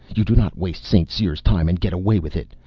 you do not waste st. cyr's time and get away with it!